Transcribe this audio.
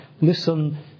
listen